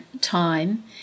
time